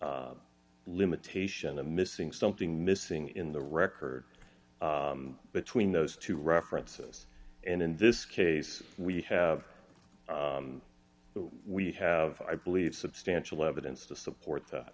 missing limitation a missing something missing in the record between those two references and in this case we have we have i believe substantial evidence to support that